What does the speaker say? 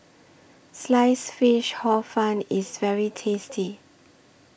Sliced Fish Hor Fun IS very tasty